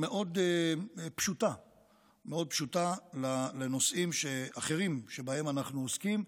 מאוד פשוטה לנושאים אחרים שבהם אנחנו עוסקים,